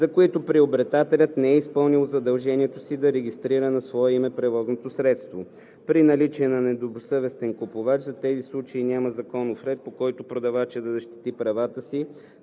за които приобретателят не е изпълнил задължението си да регистрира на свое име превозното средство. При наличие на недобросъвестен купувач, за тези случаи няма законов ред, по който продавачът да защити правата си,